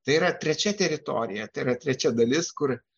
tai yra trečia teritorija tai yra trečia dalis kur